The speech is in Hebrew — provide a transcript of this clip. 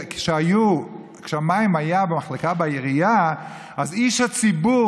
כשהמים היו במחלקה בעירייה אז איש הציבור,